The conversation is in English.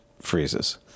freezes